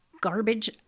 garbage